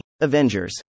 Avengers